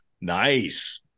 Nice